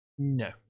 No